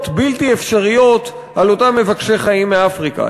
בלתי אפשריות על אותם מבקשי חיים מאפריקה.